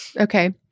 Okay